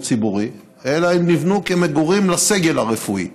ציבורי אלא הן נבנו כמגורים לסגל הרפואי.